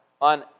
on